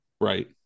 Right